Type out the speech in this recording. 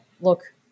look